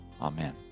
Amen